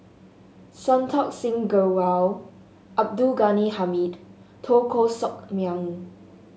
Santokh Singh Grewal Abdul Ghani Hamid Teo Koh Sock Miang